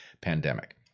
pandemic